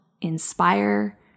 Inspire